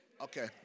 Okay